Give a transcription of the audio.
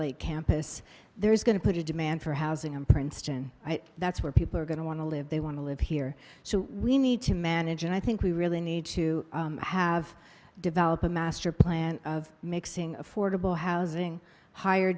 lake campus there is going to put a demand for housing in princeton that's where people are going to want to live they want to live here so we need to manage and i think we really need to have develop a master plan of mixing affordable housing higher